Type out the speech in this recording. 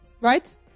Right